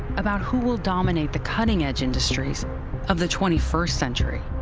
about who will dominate the cutting-edge industries of the twenty first century.